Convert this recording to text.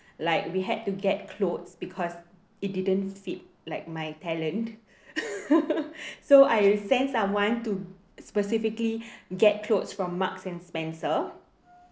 like we had to get clothes because it didn't fit like my talent so I'll send someone to specifically get clothes from Marks & Spencer